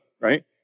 right